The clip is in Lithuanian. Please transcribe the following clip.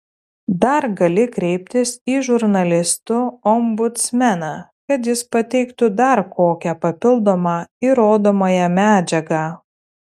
dar gali kreiptis į žurnalistų ombudsmeną kad jis pateiktų dar kokią papildomą įrodomąją medžiagą